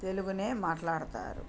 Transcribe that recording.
తెలుగునే మాట్లాడతారు